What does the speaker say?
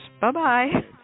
Bye-bye